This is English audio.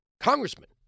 Congressman